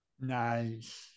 Nice